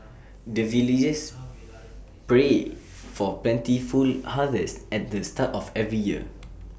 the villagers pray for plentiful harvest at the start of every year